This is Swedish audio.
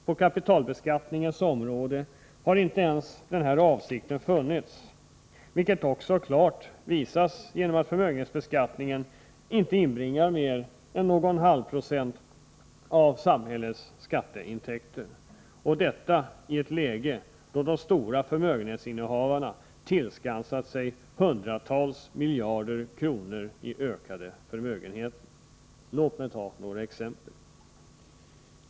På kapitalbeskattningens område har inte ens denna avsikt funnits, vilket också klart visas genom att förmögenhetsbeskattningen inte inbringar mer än en halv procent av samhällets skatteintäkter — detta i ett läge då de stora förmögenhetsinnehavarna tillskansat sig hundratals miljarder kronor i ökade förmögenheter. Låt mig ta några exempel.